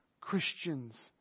Christians